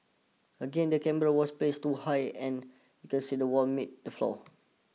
again the camera was placed too high and can see the wall meets the floor